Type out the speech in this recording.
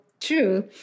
true